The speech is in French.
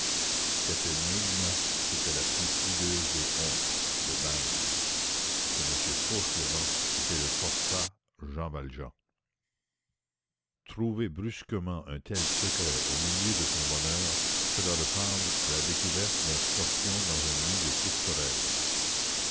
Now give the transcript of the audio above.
cette énigme c'était la plus hideuse des hontes le bagne ce m fauchelevent était le forçat jean valjean trouver brusquement un tel secret au milieu de son bonheur cela ressemble à la découverte d'un scorpion dans un nid de tourterelles